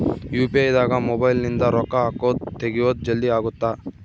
UPI ದಾಗ mobile ನಿಂದ ರೊಕ್ಕ ಹಕೊದ್ ತೆಗಿಯೊದ್ ಜಲ್ದೀ ಅಗುತ್ತ